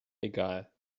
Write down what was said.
egal